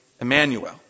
Emmanuel